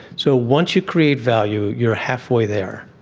so once you create value you are halfway there.